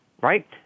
right